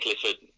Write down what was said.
Clifford